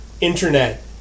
Internet